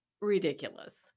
ridiculous